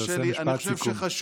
תרשה לי.